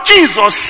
Jesus